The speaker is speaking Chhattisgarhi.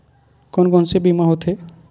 कोन कोन से बीमा होथे?